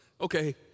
Okay